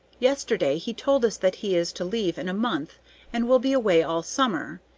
yesterday he told us that he is to leave in a month and will be away all summer,